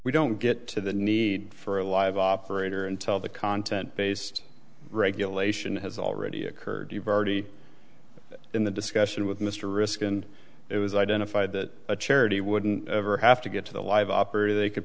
we don't get to the need for a live operator and tell the content based regulation has already occurred you've already in the discussion with mr risk and it was identified that a charity wouldn't ever have to get to the live operator they could